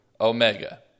Omega